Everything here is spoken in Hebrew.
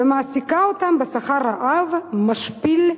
ומעסיקה אותם בשכר רעב משפיל,